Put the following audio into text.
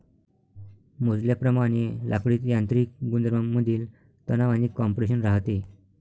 मोजल्याप्रमाणे लाकडीत यांत्रिक गुणधर्मांमधील तणाव आणि कॉम्प्रेशन राहते